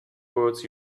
words